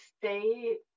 stay